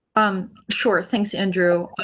um sure, thanks, andrew.